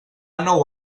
nou